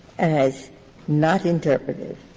as not interpretative,